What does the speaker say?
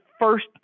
first